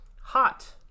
Hot